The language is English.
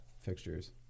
fixtures